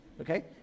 okay